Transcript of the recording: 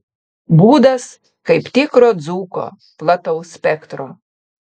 būdas kaip tikro dzūko plataus spektro